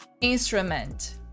instrument